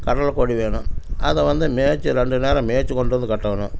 கடலக்கொடி வேணும் அதை வந்து மேய்த்து ரெண்டு நேரம் மேய்த்து கொண்டு வந்து கட்டணும்